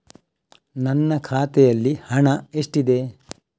ನನ್ನ ಖಾತೆಯಲ್ಲಿ ಹಣ ಎಷ್ಟಿದೆ?